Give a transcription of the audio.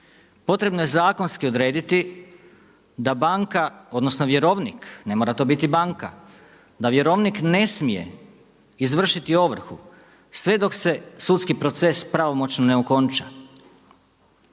potrebno je zakonski odrediti da banka odnosno vjerovnik, ne mora to biti banka, da vjerovnik ne smije izvršiti ovrhu sve dok se sudski proces pravomoćno ne okonča.